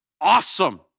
Awesome